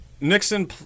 Nixon